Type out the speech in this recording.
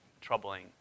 troubling